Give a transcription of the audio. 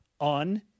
on